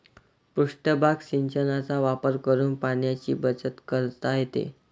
पृष्ठभाग सिंचनाचा वापर करून पाण्याची बचत करता येते